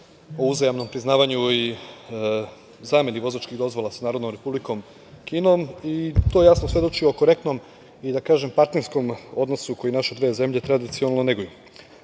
o uzajamnom priznavanju i zameni vozačkih dozvola sa Narodnom Republikom Kinom. To jasno svedoči o korektnom i, da kažem, partnerskom odnosu koji naše dve zemlje tradicionalno neguju. Narodna